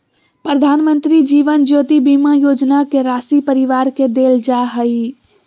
प्रधानमंत्री जीवन ज्योति बीमा योजना के राशी परिवार के देल जा हइ